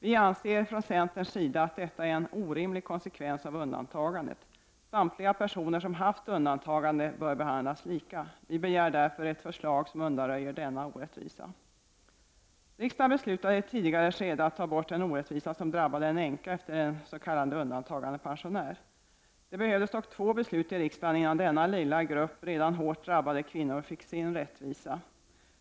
Vi anser från centerns sida att detta är en orimlig konsekvens av undantagandet. Samtliga personer som haft undantagande bör behandlas lika. Vi begär därför ett förslag som även undanröjer denna orättvisa. Riksdagen beslutade i ett tidigare skede att undanröja den orättvisa som drabbade en änka efter en s.k. undantagandepensionär. Det behövdes dock två beslut i riksdagen innan denna lilla grupp redan hårt drabbade kvinnor fick sin rättvisa.